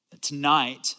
Tonight